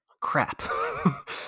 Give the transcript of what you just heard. crap